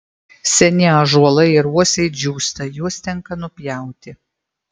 seni ąžuolai ir uosiai džiūsta juos tenka nupjauti